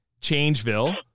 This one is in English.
Changeville